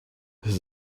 his